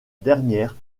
dernière